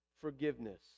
forgiveness